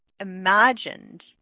imagined